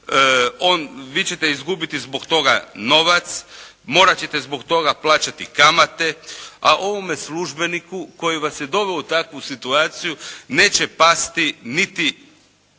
vi ćete izgubiti zbog toga novac, morat ćete zbog toga plaćati kamate a ovome službeniku koji vas je doveo u takvu situaciju neće pasti niti